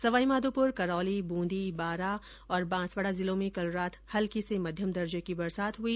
सवाईमाघोपुर करौली ब्रंदी बांरा बांसवाड़ा जिलों में कल रात हल्की से मध्यम दर्जे की बरसात हुई